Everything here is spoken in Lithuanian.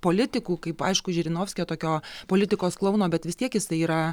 politikų kaip aišku žirinovskio tokio politikos klouno bet vis tiek jisai yra